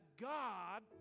God